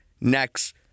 next